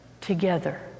together